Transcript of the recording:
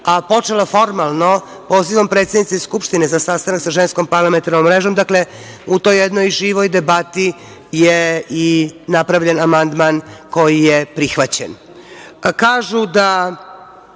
a počelo formalno pozivom predsednice Skupštine za sastanak sa Ženskom parlamentarnom mrežom, u toj jednoj živoj debati je i napravljen amandman koji je prihvaćen. Kažu da